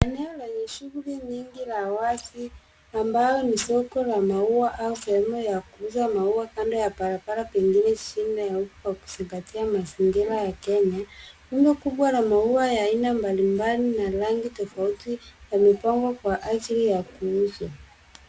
Eneo lenye shughuli nyingi la wazi ambayo ni soko la maua au sehemu ya kuuza maua kando ya barabara pengine shina huku wakizingatia mazingira ya kenya. Rundo kubwa la maua ya aina mbali mbali na na rangi tofauti yamepangwa kwa ajili ya kuuzwa.